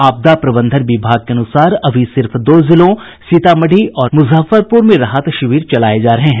आपदा प्रबंधन विभाग के अनुसार अभी सिर्फ दो जिलों सीतामढ़ी और मुजफ्फरपुर में राहत शिविर चलाये जा रहे हैं